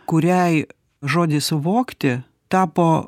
kuriai žodis vogti tapo